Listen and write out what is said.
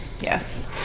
yes